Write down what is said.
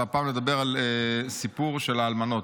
והפעם לדבר על סיפור של האלמנות.